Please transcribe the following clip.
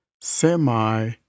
semi